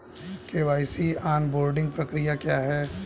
KYC onboarding प्रक्रिया क्या है?